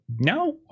No